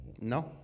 No